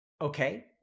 Okay